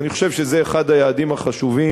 אז אני חושב שזה אחד היעדים החשובים